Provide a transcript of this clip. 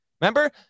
remember